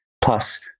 plus